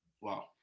Wow